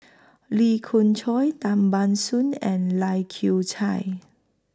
Lee Khoon Choy Tan Ban Soon and Lai Kew Chai